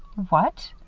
what!